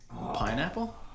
Pineapple